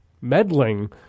meddling